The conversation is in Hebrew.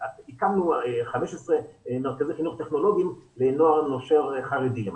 הקמנו 15 מרכזי חינוך טכנולוגיים לנוער נושר חרדי למשל,